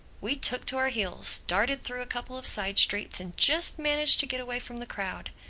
we took to our heels, darted through a couple of side streets and just managed to get away from the crowd.